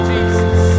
Jesus